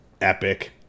Epic